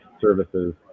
services